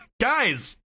guys